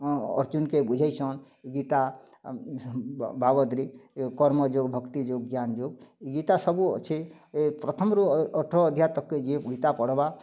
ଅ ଅର୍ଜୁନ୍କେ ବୁଝେଇଛନ୍ ଏଇ ଗୀତା ବାବଦ୍ରେ କର୍ମ ଯୋଗ୍ ଭକ୍ତି ଯୋଗ୍ ଜ୍ଞାନ୍ ଯୋଗ୍ ଗୀତା ସବୁ ଅଛି ପ୍ରଥମରୁ ଅ ଅଠର୍ ଅଧ୍ୟାୟ ତକ୍କେ ଯିଏ ଗୀତା ପଢ଼୍ବା